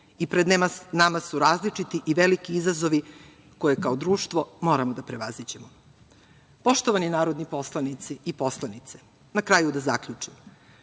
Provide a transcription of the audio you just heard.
i pred nama su različiti i veliki izazovi koje kao društvo moramo da prevaziđemo. Poštovani narodni poslanici i poslanice, na kraju da zaključim,